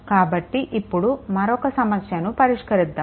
కాబట్టి ఇప్పుడు మరొక సమస్యను పరిష్కరిద్దాము